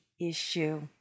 issue